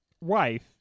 wife